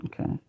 Okay